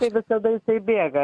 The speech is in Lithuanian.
kaip visada jisai bėga